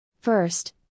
First